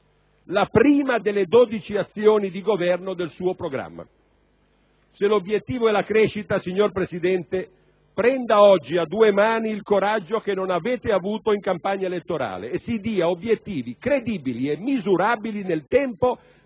la prima delle dodici «azioni di governo» del suo programma. Se l'obiettivo è la crescita, signor Presidente, prenda oggi a due mani il coraggio che non avete avuto in campagna elettorale e si dia obiettivi credibili e misurabili nel tempo